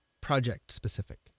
project-specific